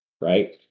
right